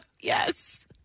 Yes